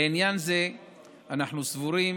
לעניין זה אנחנו סבורים